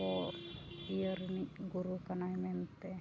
ᱟᱵᱚ ᱤᱭᱟᱹ ᱨᱮᱱᱤᱡ ᱜᱩᱨᱩ ᱠᱟᱱᱟᱭ ᱢᱮᱱᱛᱮ